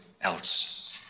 else